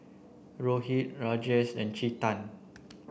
Rohit Rajesh and Chetan